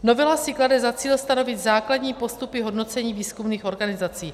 Novela si klade za cíl stanovit základní postupy hodnocení výzkumných organizací.